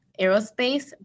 aerospace